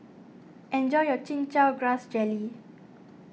enjoy your Chin Chow Grass Jelly